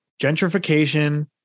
gentrification